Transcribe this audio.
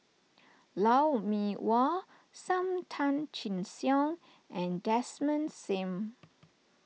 Lou Mee Wah Sam Tan Chin Siong and Desmond Sim